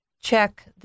check